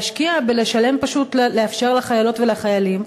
להשקיע ולאפשר פשוט לחיילות ולחיילים,